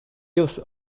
use